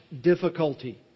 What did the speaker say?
difficulty